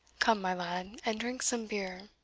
come, my lad, and drink some beer.